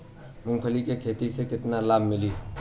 मूँगफली के खेती से केतना लाभ मिली?